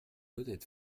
honnête